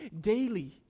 daily